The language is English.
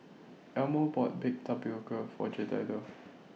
Elmo bought Baked Tapioca For Jedidiah